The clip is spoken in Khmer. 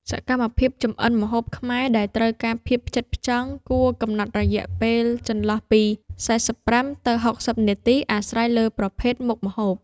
សកម្មភាពចម្អិនម្ហូបខ្មែរដែលត្រូវការភាពផ្ចិតផ្ចង់ គួរកំណត់រយៈពេលចន្លោះពី ៤៥ ទៅ ៦០ នាទី អាស្រ័យលើប្រភេទមុខម្ហូប។